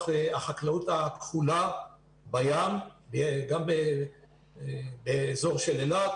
החקלאות הכפולה בים וגם באזור של אילת.